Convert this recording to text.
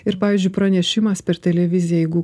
ir pavyzdžiui pranešimas per televiziją jeigu